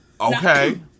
Okay